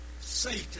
Satan